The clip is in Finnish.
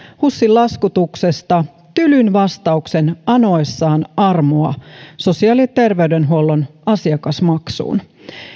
husin laskutuksesta tylyn vastauksen anoessaan armoa sosiaali ja terveydenhuollon asiakasmaksuun